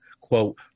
quote